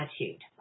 attitude